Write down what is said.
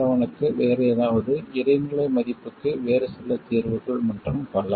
7 க்கு வேறு ஏதாவது இடைநிலை மதிப்புக்கு வேறு சில தீர்வுகள் மற்றும் பல